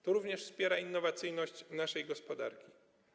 To również wspiera innowacyjność naszej gospodarki.